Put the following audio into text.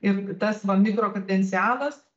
ir tas va mikro kredencialas